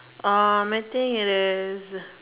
or matting it is